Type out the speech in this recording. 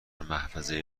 محفظه